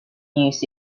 news